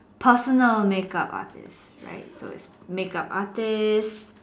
personal makeup artist right so it's makeup artist